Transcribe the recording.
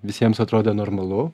visiems atrodė normalu